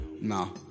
no